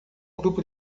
grupo